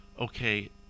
okay